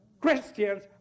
Christians